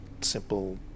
simple